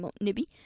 Nibby